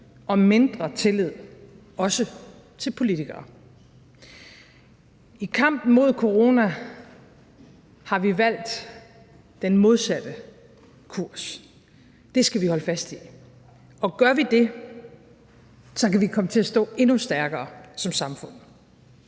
og mindre tillid, også til politikere. I kampen mod corona har vi valgt den modsatte kurs. Det skal vi holde fast i. Og gør vi det, kan vi komme til at stå endnu stærkere som samfund.